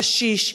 קשיש,